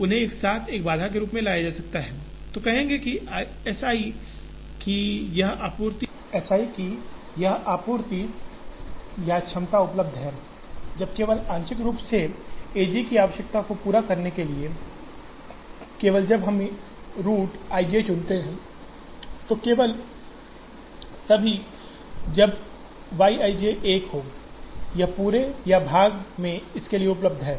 उन्हें एक साथ एक बाधा में लाया जा सकता है जो कहेंगे कि S i की यह आपूर्ति या क्षमता उपलब्ध है केवल जब आंशिक रूप से aj की आवश्यकता को पूरा करने के लिए केवल जब हम रूट ij चुनते हैं तो केवल तभी जब Y ij 1 हो यह पूरे या भाग में इसके लिए उपलब्ध है